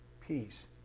peace